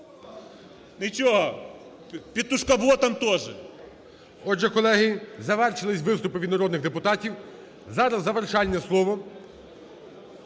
Нічого, "петушкоботам" теж. ГОЛОВУЮЧИЙ. Отже, колеги, завершилися виступи від народних депутатів. Зараз завершальне слово.